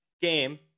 game